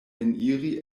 eniri